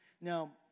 Now